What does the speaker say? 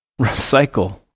recycle